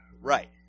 Right